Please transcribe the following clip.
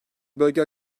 bölge